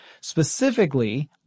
Specifically